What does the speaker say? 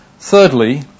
Thirdly